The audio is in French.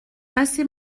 passez